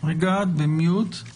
אני